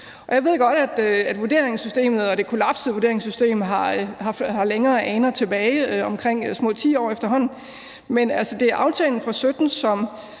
og det kollapsede vurderingssystem, har aner længere tilbage – omkring små 10 år efterhånden – men det handler om aftalen fra 2017, som